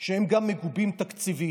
שגם מגובים תקציבית.